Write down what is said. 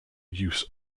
use